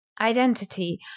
identity